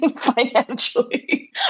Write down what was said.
financially